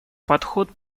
подход